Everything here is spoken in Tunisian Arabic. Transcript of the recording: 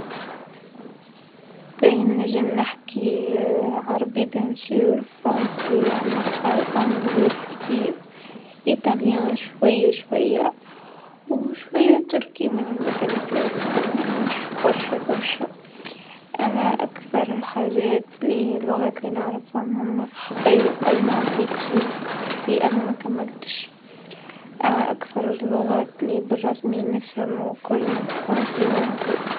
باه نجم نحكي عربي أكيد فرونسي على لاخر أونجلي كيف كيف، إيطالي شويا شويا و شويا تركي من المسلسلات معناه مش برشا برشا، أما أكثر الحاجات لهي اللغات لنعرفهم هوما أي و ألماني بديت فيه ، بديت فيه أما مكملتش، أما أكثر لللغات لي بالرسمي نفهم و كل فرونسي أونغلي.